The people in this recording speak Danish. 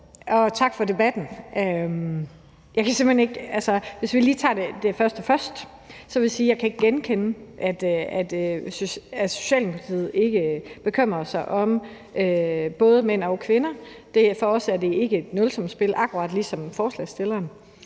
og tak for debatten. Hvis vi lige tager det første først, vil jeg sige, at jeg ikke kan genkende, at Socialdemokratiet ikke bekymrer sig om både mænd og kvinder. For os er det ikke et nulsumsspil, akkurat ligesom det ikke er